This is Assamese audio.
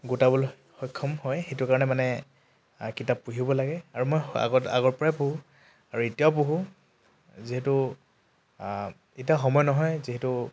গোটাবলৈ সক্ষম হয় সেইটো কাৰণে মানে কিতাপ পঢ়িব লাগে আৰু মই আগত আগৰপৰাই পঢ়োঁ আৰু এতিয়াও পঢ়োঁ যিহেতু এতিয়া সময় নহয় যিহেতু